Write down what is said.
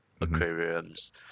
aquariums